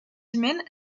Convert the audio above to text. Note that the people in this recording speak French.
humaines